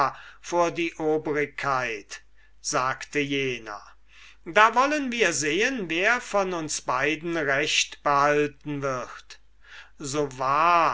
vor die obrigkeit sagte jener da wollen wir sehen wer von uns beiden recht behalten wird so wahr